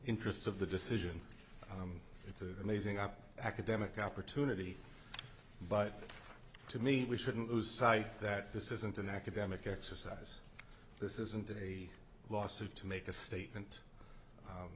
interest of the decision it's a amazing up academic opportunity but to me we shouldn't lose sight that this isn't an academic exercise this isn't a lawsuit to make a statement